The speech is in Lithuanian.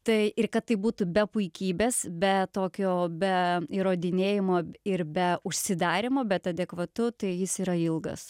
tai ir kad tai būtų be puikybės be tokio be įrodinėjimo ir be užsidarymo bet adekvatu tai jis yra ilgas